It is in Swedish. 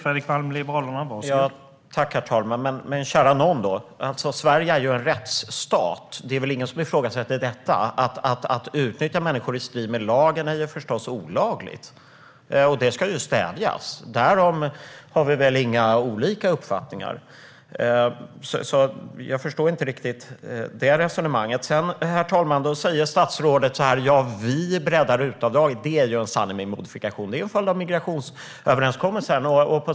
Herr talman! Men, kära nån! Sverige är en rättsstat. Det är väl ingen som ifrågasätter detta? Att utnyttja människor i strid med lagen är förstås olagligt, och det ska stävjas. Därom har vi nog inte olika uppfattningar. Därför förstår jag inte riktigt detta resonemang. Herr talman! Statsrådet säger: Vi breddar RUT-avdraget. Det är en sanning med modifikation. Det är en följd av migrationsöverenskommelsen.